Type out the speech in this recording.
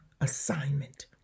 assignment